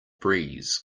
breeze